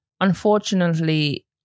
Unfortunately